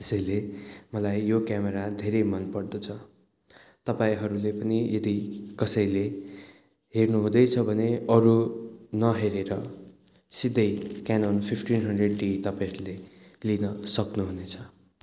त्यसैले मलाई यो क्यामेरा धेरै मन पर्दछ तपाईँहरूले पनि यदि कसैले हेर्नुहुँदैछ भने अरू नहेरेर सिधै केनोन फिफ्टिन हन्ड्रेड डी तपाईँहरूले लिन सक्नुहुनेछ